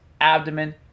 abdomen